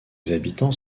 habitants